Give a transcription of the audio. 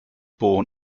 born